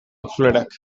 itzulerak